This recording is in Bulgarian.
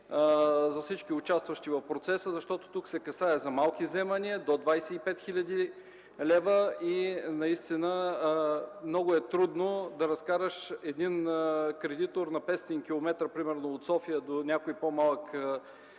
за всички участващи в процеса, защото тук се касае за малки вземания – до 25 хил. лв. Наистина е много трудно да разкараш един кредитор на 500 км, примерно от София до някой по-малък град